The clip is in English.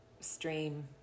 stream